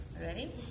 Ready